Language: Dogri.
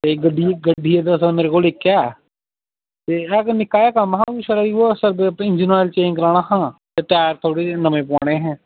ते गड्डी गड्डी ऐ दरअसल मेरे कोल इक्कै ते एह्दा इक निक्का जेहा कम्म हा छड़ा उ'ऐ सर्विस इंजन ऑयल चेंज़ कराना हा ते टायर थोह्ड़े नमें पोआने हे